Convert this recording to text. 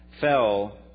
fell